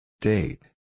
Date